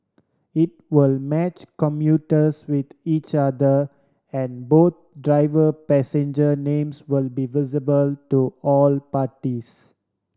it will match commuters with each other and both driver passenger names will be visible to all parties